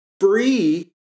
free